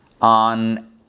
on